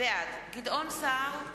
בעד גדעון סער,